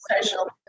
social